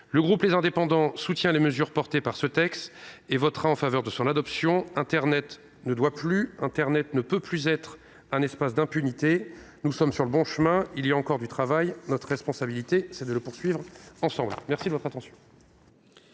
et Territoires soutient les mesures portées par ce texte et votera en faveur de son adoption. Internet ne doit plus et ne peut plus être un espace d’impunité. Nous sommes sur le bon chemin. Il y a encore du travail. Notre responsabilité est de le poursuivre ensemble. La parole est